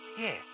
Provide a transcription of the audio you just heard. Yes